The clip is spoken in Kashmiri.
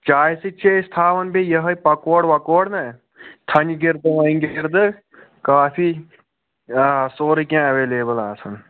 چایہِ سٍتۍ چھِ أسۍ تھاوَان بیٚیہِ یِہےَ پَکوٗڑِ وَکوٗڑِ نا تھٔنۍ گِردٕ وۅنۍ گِردٕ کافی آ سورُے کیٚنٛہہ ایٚویلیبُل آسان